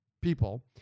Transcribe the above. people